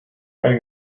eine